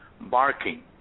barking